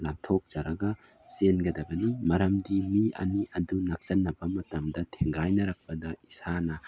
ꯂꯥꯞꯊꯣꯛꯆꯔꯒ ꯆꯦꯟꯒꯗꯕꯅꯤ ꯃꯔꯝꯗꯤ ꯃꯤ ꯑꯅꯤ ꯑꯗꯨ ꯅꯛꯁꯤꯟꯅꯕ ꯃꯇꯝꯗ ꯊꯦꯡꯒꯥꯏꯅꯔꯛꯄꯗ ꯏꯁꯥꯅ